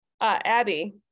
abby